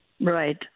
Right